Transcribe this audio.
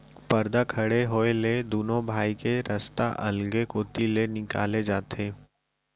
परदा खड़े होए ले दुनों भाई के रस्ता अलगे कोती ले निकाले जाथे